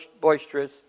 boisterous